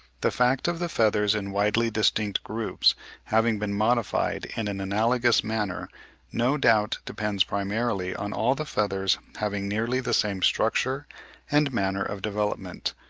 the fact of the feathers in widely distinct groups having been modified in an analogous manner no doubt depends primarily on all the feathers having nearly the same structure and manner of development,